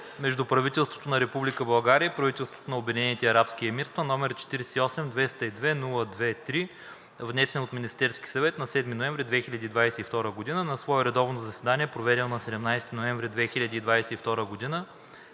между правителството на Република България и правителството на Обединените арабски емирства, № 48-202-02-3, внесен от Министерския съвет на 7 ноември 2022 г. На свое редовно заседание, проведено на 17 ноември 2022 г.,